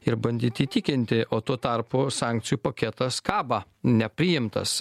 ir bandyti įtikinti o tuo tarpu sankcijų paketas kaba nepriimtas